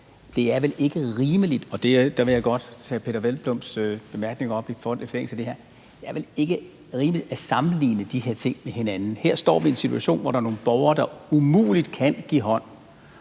at det vel ikke er rimeligt – og der vil jeg godt tage hr. Peder Hvelplunds bemærkning om det her op – at sammenligne de her ting med hinanden. Her står vi i en situation, hvor der er nogle borgere, der umuligt kan give hånd,